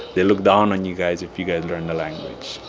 they look down on you guys if you guys learn the language.